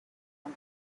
out